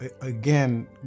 again